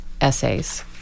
essays